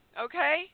Okay